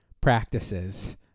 practices